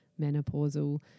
menopausal